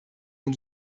den